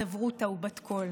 חברותא ובת-קול.